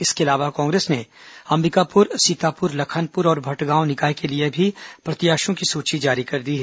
इसके अलावा कांग्रेस ने अंबिकापुर सीतापुर लखनपुर और भटगांव निकाय के लिए भी प्रत्याशियों की सूची जारी कर दी है